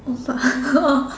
oh